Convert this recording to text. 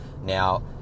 Now